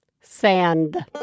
Sand